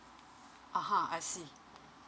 (uh huh) I see